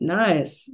nice